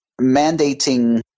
mandating